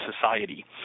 society